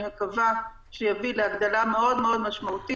ואני מקווה שזה יביא להגדלה מאוד מאוד משמעותית